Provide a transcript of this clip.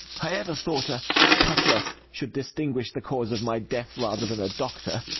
i ever thought a culter should distinguish the cause of my death, rather than a doctor.